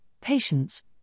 patience